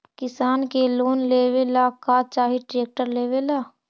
किसान के लोन लेबे ला का चाही ट्रैक्टर लेबे ला?